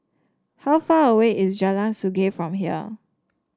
how far away is Jalan Sungei from here